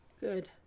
Good